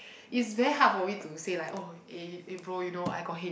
is very hard for me say like oh eh April you know I got head~